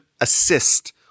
assist